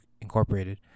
Incorporated